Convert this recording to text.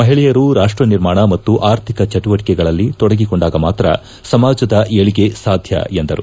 ಮಹಿಳೆಯರು ರಾಷ್ಟ ನಿರ್ಮಾಣ ಮತ್ತು ಆರ್ಥಿಕ ಚಟುವಟಿಕೆಗಳಲ್ಲಿ ತೊಡಗಿಕೊಂಡಾಗ ಮಾತ್ರಾ ಸಮಾಜದ ಏಳ್ಗೆ ಸಾದ್ದ ಎಂದರು